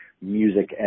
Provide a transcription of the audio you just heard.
music